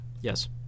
Yes